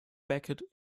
beckett